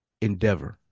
endeavor